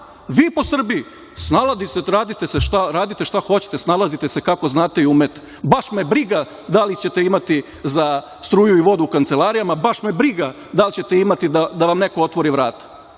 vi po Srbiji snalazite se, radite šta hoćete, snalazite se kako znate i umete, baš me briga li ćete imati za struju i vodu u kancelarijama, baš me briga da li ćete imati da vam neko otvori vrata.